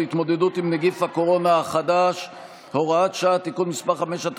להתמודדות עם נגיף הקורונה החדש (הוראת שעה) (תיקון מס' 5),